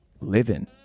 living